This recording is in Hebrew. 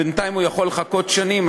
בינתיים הוא יכול לחכות שנים.